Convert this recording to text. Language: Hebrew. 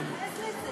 ומתביישת.